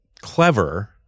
clever